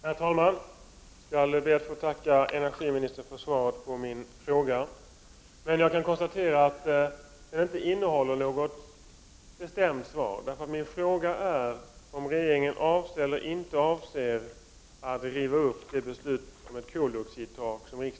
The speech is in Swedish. Herr talman! Jag ber att få tacka energiministern för svaret på min fråga. Jag kan emellertid konstatera att svaret inte innehöll något bestämt klargörande, eftersom min fråga gällde om regeringen avser eller inte avser att riva upp riksdagens beslut om ett koldioxidtak.